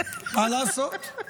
מה לעשות.